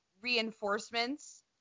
reinforcements